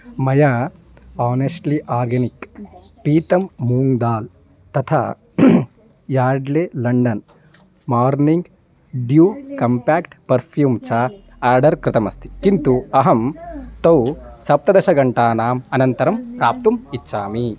मया honestly organic पीतं मूङ्ग् दाल् तथा Yardley London morning dew compact perfume च आर्डर् कृतमस्ति किन्तु अहं तौ सप्तदशघण्टानाम् अनन्तरं प्राप्तुम् इच्छामि